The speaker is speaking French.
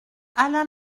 alain